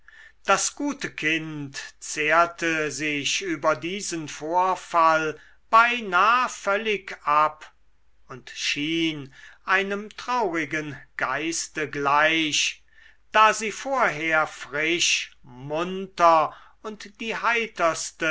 das gute kind zehrte sich über diesen vorfall beinah völlig ab und schien einem traurigen geiste gleich da sie vorher frisch munter und die heiterste